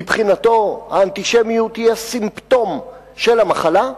מבחינתנו, האנטישמיות היא הסימפטום של המחלה,